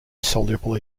soluble